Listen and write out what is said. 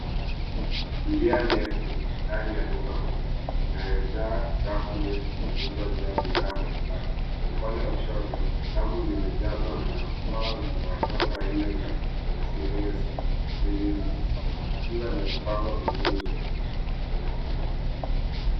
Njia ndefu ndani ya duka kubwa linayojaa rafu ndefu zilizojaa bidhaa mbalimbali. Upande wa kushoto, rafu zimejazwa na nafaka za watoto aina za cereals zikiwa zimepangwa vizuri.